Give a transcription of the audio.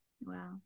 Wow